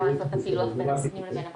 לעשות את הפילוח בין הפנים לבין החוץ.